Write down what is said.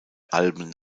alben